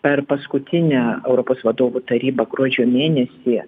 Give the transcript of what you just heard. per paskutinę europos vadovų tarybą gruodžio mėnesį